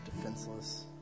defenseless